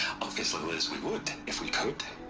obviously, lis, we would, if we could